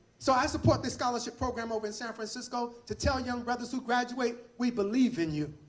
so i support the scholarship program over in san francisco to tell young brothers who graduate, we believe in you.